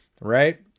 right